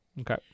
Okay